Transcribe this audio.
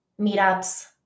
meetups